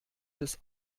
des